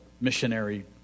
missionary